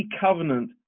covenant